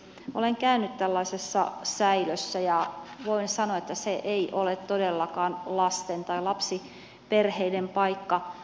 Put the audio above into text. olen käynyt tällaisessa säilössä ja voin sanoa että se ei ole todellakaan lasten tai lapsiperheiden paikka